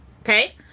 okay